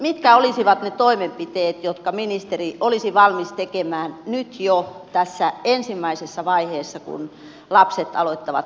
mitkä olisivat ne toimenpiteet jotka ministeri olisi valmis tekemään nyt jo tässä ensimmäisessä vaiheessa kun lapset aloittavat koulutiensä